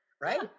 Right